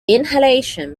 inhalation